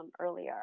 earlier